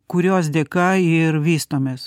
kurios dėka ir vystomės